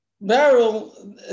barrel